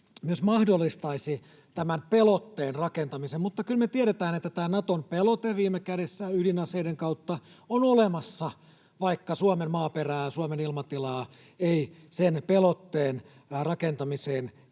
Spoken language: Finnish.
myös mahdollistaisi tämän pelotteen rakentamisen, mutta kyllä me tiedetään, että tämä Naton pelote viime kädessä ydinaseiden kautta on olemassa, vaikka Suomen maaperää ja Suomen ilmatilaa ei sen pelotteen rakentamiseen